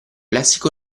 lessico